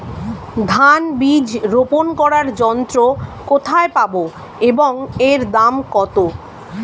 ধান বীজ রোপন করার যন্ত্র কোথায় পাব এবং এর দাম কত?